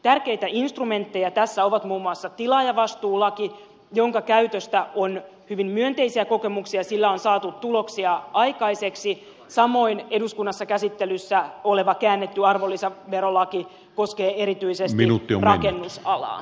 tärkeitä instrumentteja tässä ovat muun muassa tilaajavastuulaki jonka käytöstä on hyvin myönteisiä kokemuksia sillä on saatu tuloksia aikaiseksi samoin eduskunnassa käsittelyssä oleva käännetty arvonlisäverolaki koskee erityisesti rakennusalaa